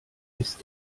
ist